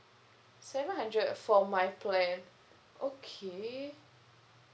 seven hundred for my plan okay